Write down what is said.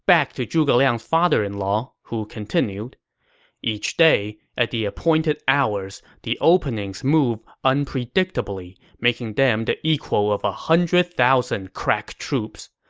back to zhuge liang's father-in-law, who continued each day, at the appointed hours, the openings move unpredictably, making them the equal of one hundred thousand crack troops.